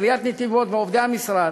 עיריית נתיבות ועובדי המשרד,